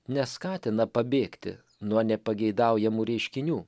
neskatina pabėgti nuo nepageidaujamų reiškinių